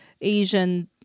asian